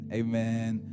amen